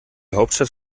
hauptstadt